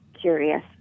curious